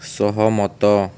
ସହମତ